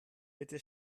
bitte